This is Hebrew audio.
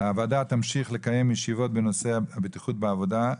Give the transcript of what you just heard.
הוועדה תמשיך לקיים ישיבות בנושא הבטיחות בעבודה,